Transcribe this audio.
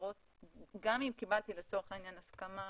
גם אם קיבלתי לצורך העניין הסכמה,